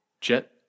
Jet